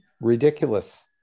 ridiculous